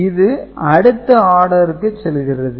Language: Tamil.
இது அடுத்த ஆடருக்கு செல்கிறது